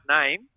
name